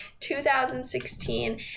2016